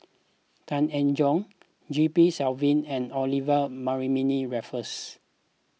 Tan Eng Joo G P Selvam and Olivia Mariamne Raffles